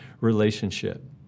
relationship